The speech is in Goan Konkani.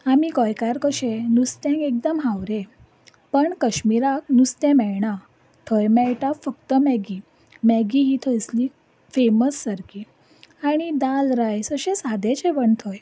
आमी गोंयकार कशे नुस्त्याक एकदम हावरे पण कश्मीराक नुस्तें मेळना थंय मेळटा फक्त मॅगी मॅगी ही थंयसरली फॅमस सारकी आनी दाल रायस अशें सादें जेवण थंय